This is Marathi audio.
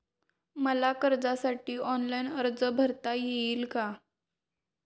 मला कर्जासाठी ऑनलाइन अर्ज भरता येईल का?